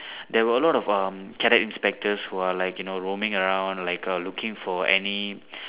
there were a lot of um cadet inspectors who are like you know roaming around like err looking for any